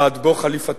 ועד בוא חליפתנו.